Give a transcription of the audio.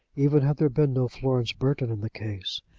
even had there been no florence burton in the case,